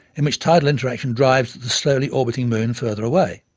in which tidal interaction drives the slowly orbiting moon further away.